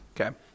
Okay